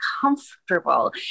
comfortable